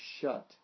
shut